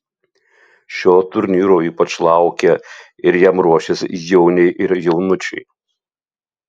šio turnyro ypač laukia ir jam ruošiasi jauniai ir jaunučiai